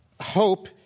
hope